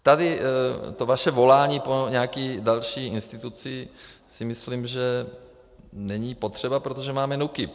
Tedy to vaše volání po nějaké další instituci si myslím, že není potřeba, protože máme NÚKIB.